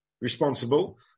responsible